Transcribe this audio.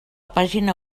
pàgina